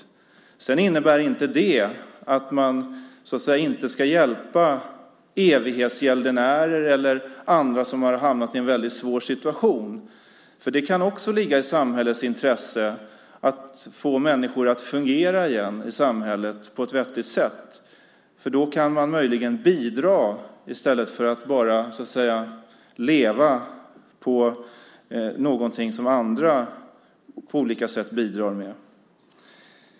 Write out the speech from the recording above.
Men detta innebär inte att man inte ska hjälpa evighetsgäldenärer eller andra som har hamnat i en svår situation. Det kan också ligga i samhällets intresse att få människor att fungera igen i samhället på ett vettigt sätt. Då kan de möjligen bidra i stället för att bara leva på någonting som andra på olika sätt bidrar med.